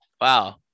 wow